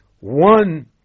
one